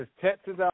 Texas